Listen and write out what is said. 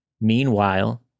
meanwhile